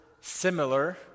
similar